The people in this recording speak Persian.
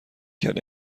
کرد